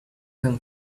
them